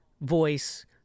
voice